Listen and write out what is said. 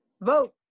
vote